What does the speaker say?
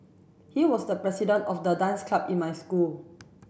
he was the president of the dance club in my school